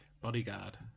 bodyguard